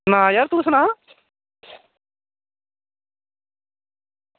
सुना यार तू सुना